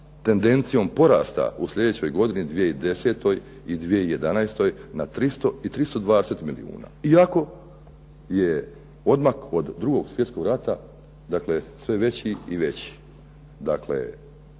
tendencijom porasta u slijedećoj godini 2010. i 2011. na 320 milijuna iako je odmak od drugog svjetskog rata sve veći i veći.